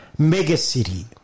megacity